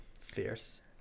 fierce